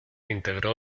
integró